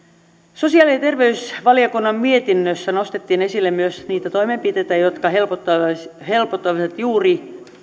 sosiaali ja terveysvaliokunnan mietinnössä nostettiin esille myös niitä toimenpiteitä jotka helpottaisivat juuri